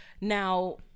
Now